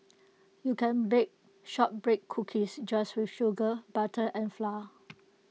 you can bake Shortbread Cookies just with sugar butter and flour